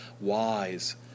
wise